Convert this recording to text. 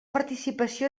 participació